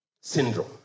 syndrome